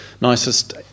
nicest